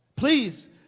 Please